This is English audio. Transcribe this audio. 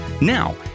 Now